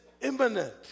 imminent